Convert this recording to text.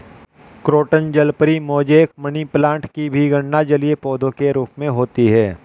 croton जलपरी, mosaic, money plant की भी गणना जलीय पौधे के रूप में होती है